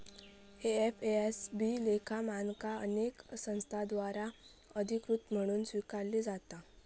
FASB लेखा मानका अनेक संस्थांद्वारा अधिकृत म्हणून स्वीकारली जाता